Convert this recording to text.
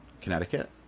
Connecticut